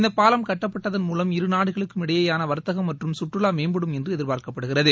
இந்தபாலம் கட்டப்பட்டதள் மூலம் இரு நாடுகளுக்கும் இடையேயானவர்த்தகம் மற்றும் கற்றுலாமேம்படும் என்றுஎதிர்பார்க்கப்படுகிறது